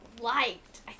Liked